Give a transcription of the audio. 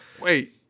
Wait